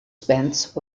spence